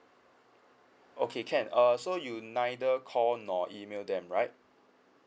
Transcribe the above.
okay can err so you neither call nor email them right